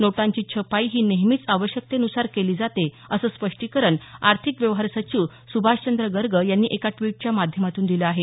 नोटांची छपाई ही नेहमीच आवश्यकतेनुसार केली जाते असं स्पष्टीकरण आर्थिक व्यवहार सचिव सुभाषचंद्र गर्ग यांनी एका ट्वीटच्या माध्यमातून दिलं आहे